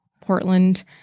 Portland